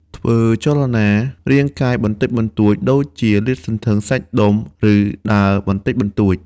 ធ្វើចលនារាងកាយបន្តិចបន្តួចដូចជាលាតសន្ធឹងសាច់ដុំ ឬដើរបន្តិចបន្តួច។